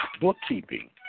Bookkeeping